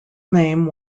name